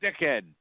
dickhead